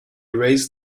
raised